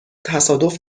تصادف